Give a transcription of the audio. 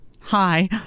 Hi